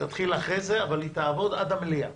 תתחיל אחרי זה, אבל היא תעבוד עד המליאה.